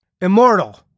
Immortal